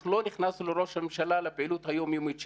אנחנו לא נכנסנו לראש הממשלה לפעילות היומיומית שלו.